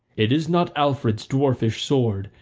it is not alfred's dwarfish sword,